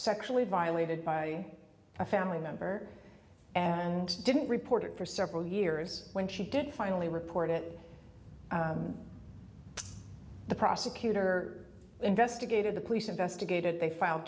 sexually violated by a family member and didn't report it for several years when she did finally report it the prosecutor investigated the police investigated